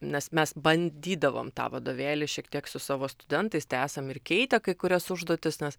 nes mes bandydavom tą vadovėlį šiek tiek su savo studentais tai esam ir keitę kai kurias užduotis nes